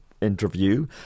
interview